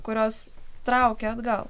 kurios traukia atgal